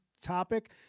topic